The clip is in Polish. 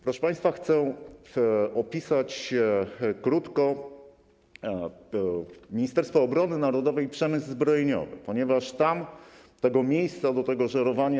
Proszę państwa, chcę opisać krótko Ministerstwo Obrony Narodowej i przemysł zbrojeniowy, ponieważ tam było bardzo dużo miejsca do żerowania.